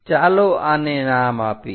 ચાલો આને નામ આપીએ